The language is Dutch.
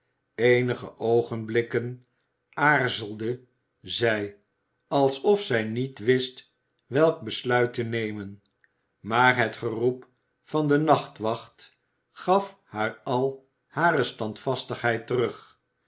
eenige oogenblikken aarzelde zij alsof zij niet wist welk besluit te nemen maar het geroep van den nachtwacht gaf haar al hare standvastigheid terug